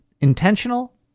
intentional